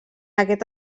aquest